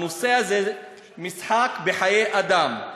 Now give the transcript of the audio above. הנושא הזה זה משחק בחיי אדם,